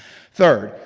third,